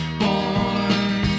born